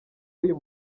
w’uyu